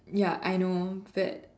ya I know but